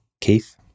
Keith